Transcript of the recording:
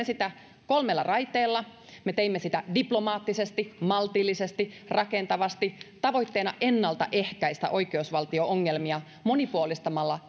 sitä kolmella raiteella me teimme sitä diplomaattisesti maltillisesti rakentavasti tavoitteena ennalta ehkäistä oikeusvaltio ongelmia monipuolistamalla